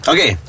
Okay